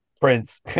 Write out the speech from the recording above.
Prince